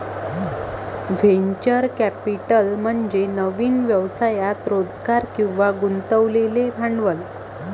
venture capital म्हणजे नवीन व्यवसायात रोजगार किंवा गुंतवलेले भांडवल